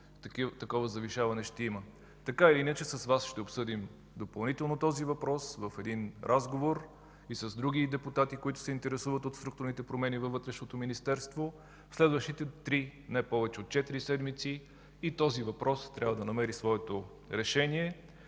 такова завишаване ще има. Така или иначе с Вас ще обсъдим допълнително този въпрос в един разговор и с други депутати, които се интересуват от структурните промени във Вътрешното министерство. В следващите три, не повече от четири седмици и този въпрос трябва да намери своето решение.